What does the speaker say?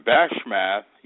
Bashmath